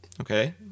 Okay